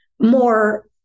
more